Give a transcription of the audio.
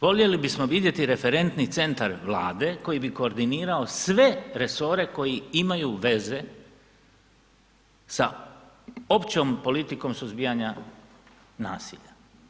Voljeli bismo vidjeti referentni centar Vlade koji bi koordinirao sve resore koji imaju veze sa općom politikom suzbijanja nasilja.